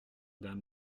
dame